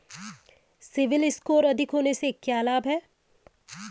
CIBIL score अधिक होने से क्या लाभ हैं?